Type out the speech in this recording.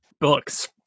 books